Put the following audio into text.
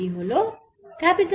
এটি হল R